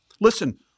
Listen